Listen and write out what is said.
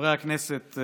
חברי הכנסת,